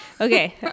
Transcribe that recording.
Okay